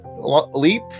leap